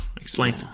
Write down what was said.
Explain